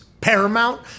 paramount